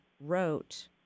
wrote